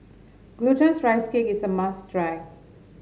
Glutinous Rice Cake is a must try